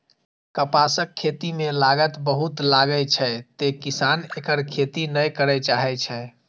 कपासक खेती मे लागत बहुत लागै छै, तें किसान एकर खेती नै करय चाहै छै